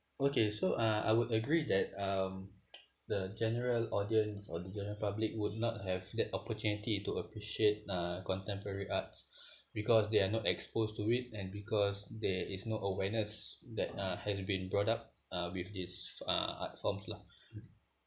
okay so uh I would agree that um the general audience or the general public would not have that opportunity to appreciate uh contemporary arts because they are not exposed to it and because there is no awareness that uh has been brought up uh with this uh art forms lah